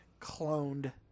cloned